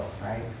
right